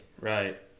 Right